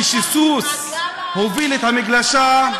כשסוס הוביל את המגלשה, המעגל,